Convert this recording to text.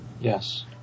Yes